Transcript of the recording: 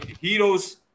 heroes